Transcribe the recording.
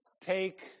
take